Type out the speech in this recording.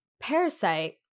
Parasite